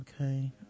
okay